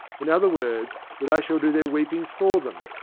in other words, that i shall do their weeping for them,